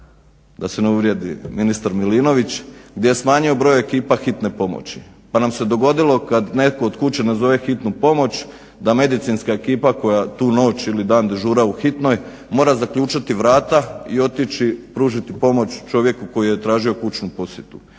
da se ne uvrijedi ministar Milinović gdje je smanjio broj ekipa hitne pomoći, pa nam se dogodilo kad nam netko od kuće nazove hitnu pomoć, da medicinska ekipa koja tu noć ili dan dežura u hitnoj, mora zaključati vrata i otići pružiti pomoć čovjeku koji je tražio kućnu posjetu.